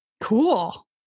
Cool